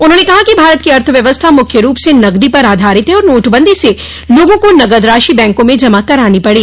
उन्होंने कहा कि भारत की अर्थव्यवस्था मुख्य रूप से नगदी पर आधारित है और नोटबंदी से लोगों को नगद राशि बैंकों में जमा करानी पड़ी